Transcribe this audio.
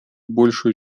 большую